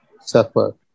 suffer